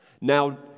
Now